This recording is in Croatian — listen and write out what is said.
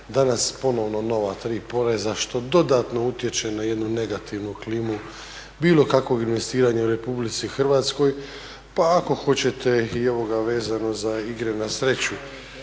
danas ponovno nova tri poreza što dodatno utječe na jednu negativnu klimu bilo kakvog investiranja u RH pa ako hoćete i ovoga vezano za igre na sreću.